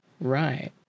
Right